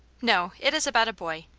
no it is about a boy.